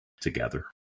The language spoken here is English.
together